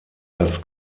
als